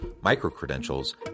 micro-credentials